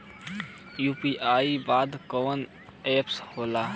UPI बदे कवन app होला?